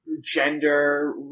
gender